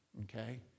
okay